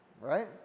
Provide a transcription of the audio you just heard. right